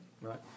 Right